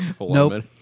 Nope